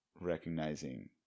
recognizing